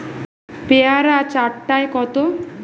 পেয়ারা চার টায় কত?